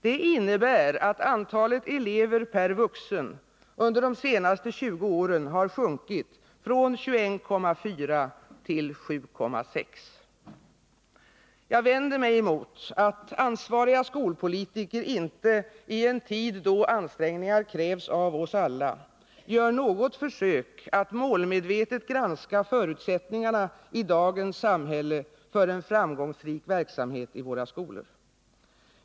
Det innebär att antalet elever per vuxen under de senaste 20 åren sjunkit från 21,4 till 7,6. Jag vänder mig emot att ansvariga skolpolitiker inte, i en tid då ansträngningar krävs av oss alla, gör något försök att målmedvetet granska förutsättningarna i dagens samhälle för en framgångsrik verksamhet i våra skolor.